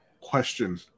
question